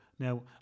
Now